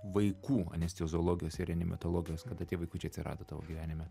vaikų anesteziologijos ir reanimatologijos kada tie vaikučiai atsirado tavo gyvenime